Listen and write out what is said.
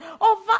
over